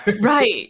Right